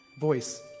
Voice